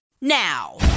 now